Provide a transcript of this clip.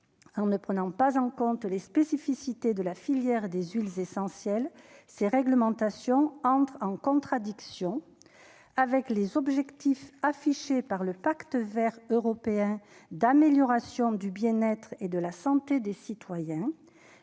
en ne prenant pas en compte les spécificités de la filière des ils essentiel ces réglementations entre en contradiction avec les objectifs affichés par le Pacte Vert européen d'amélioration du bien-être et de la santé des citoyens